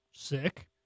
sick